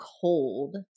cold